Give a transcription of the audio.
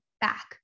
back